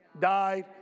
died